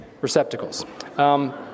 receptacles